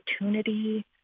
opportunity